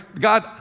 God